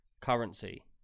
currency